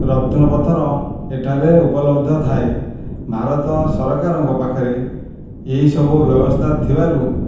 ରତ୍ନ ପଥର ଏଠାରେ ଉପଲବ୍ଧ ଥାଏ ଭାରତ ସରକାରଙ୍କ ପାଖରେ ଏହିସବୁ ବ୍ୟବସ୍ଥା ଥିବାରୁ